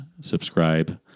Subscribe